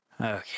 Okay